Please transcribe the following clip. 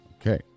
Okay